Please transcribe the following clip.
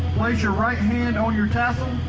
place your right-hand on your tassel.